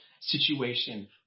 situation